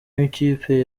w’ikipe